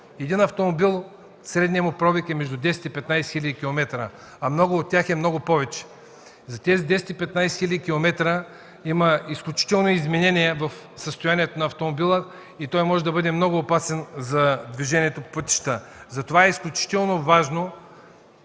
един автомобил е между 10 и 15 хил. км, а на много от тях е повече. За тези 10-15 хил. км има изключителни изменения в състоянието на автомобила и той може да бъде много опасен за движението по пътищата. Затова е изключително важно